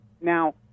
Now